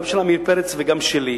גם של עמיר פרץ וגם שלי,